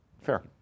Fair